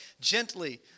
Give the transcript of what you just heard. gently